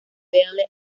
belle